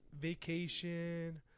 vacation